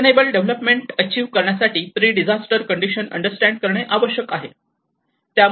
sustainable development achieve करण्यासाठी predisaster condition understand करणे आवश्यक आहे